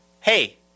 hey